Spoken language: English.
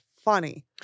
funny